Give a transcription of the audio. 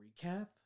recap